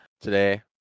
today